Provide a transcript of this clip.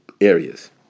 areas